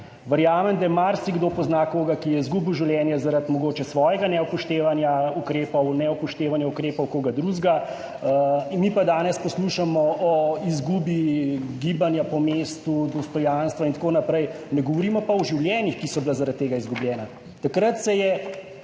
Verjamem, da marsikdo pozna koga, ki je izgubil življenje zaradi mogoče svojega neupoštevanja ukrepov, neupoštevanja ukrepov koga drugega, mi pa danes poslušamo o izgubi gibanja po mestu, dostojanstva in tako naprej, ne govorimo pa o življenjih, ki so bila zaradi tega izgubljena. Takrat se je